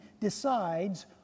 decides